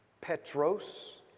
petros